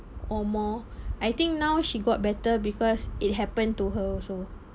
or more I think now she got better because it happened to her also